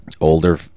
older